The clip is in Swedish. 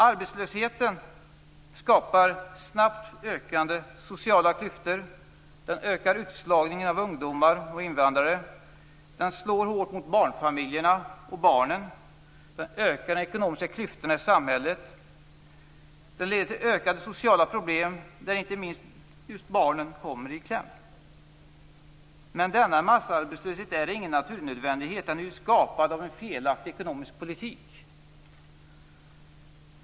Arbetslösheten skapar snabbt ökande sociala klyftor. Den ökar utslagningen av ungdomar och invandrare. Den slår hårt mot barnfamiljerna och barnen. Den ökar de ekonomiska klyftorna i samhället. Den leder till ökade sociala problem, där inte minst just barnen kommer i kläm. Men denna massarbetslöshet är ingen naturnödvändighet. Den är skapad av en felaktig ekonomisk politik.